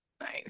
Nice